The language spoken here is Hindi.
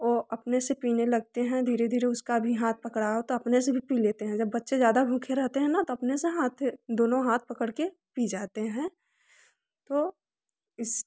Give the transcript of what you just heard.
वो अपने से पीने लगते हैं धीरे धीरे उसका भी हाथ पकड़ाओ तो अपने से भी पी लेते हैं जब बच्चे ज़्यादा भूखे रहते हैं न तो अपने से हाथे दोनों हाथ पकड़ कर पी जाते हैं तो इस